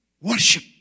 worship